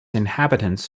inhabitants